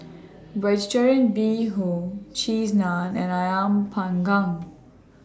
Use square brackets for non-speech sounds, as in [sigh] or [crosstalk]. [noise] Vegetarian Bee Hoon Cheese Naan and Ayam Panggang